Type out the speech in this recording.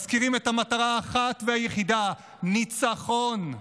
הם מזכירים את המטרה האחת והיחידה: ניצחון.